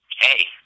hey